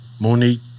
Monique